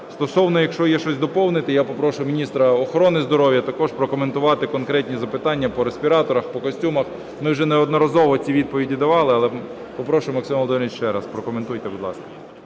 Стосовно, якщо є щось доповнити, я попрошу міністра охорони здоров'я також прокоментувати конкретні запитання по респіраторах, по костюмах. Ми вже неодноразово ці відповіді давали, але попрошу, Максиме Володимировичу, ще раз прокоментуйте, будь ласка.